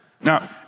Now